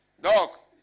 Doc